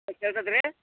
ಕೇಳ್ಸುತ್ತಾ ರೀ